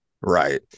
right